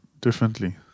differently